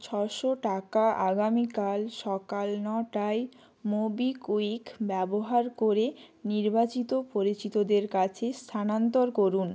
ছশো টাকা আগামীকাল সকাল নটায় মোবিকুইক ব্যবহার করে নির্বাচিত পরিচিতদের কাছে স্থানান্তর করুন